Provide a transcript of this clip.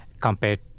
compared